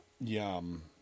Yum